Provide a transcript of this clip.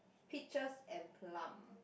peaches and plum